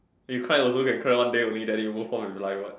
you climb also can climb one day only then it's worth off in life what